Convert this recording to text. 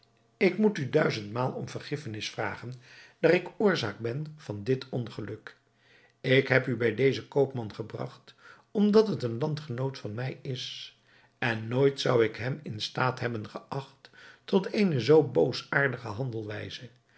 ik moet u duizendmalen om vergiffenis vragen daar ik oorzaak ben van dit ongeluk ik heb u bij dezen koopman gebragt omdat het een landgenoot van mij is en nooit zou ik hem in staat hebben geacht tot eene zoo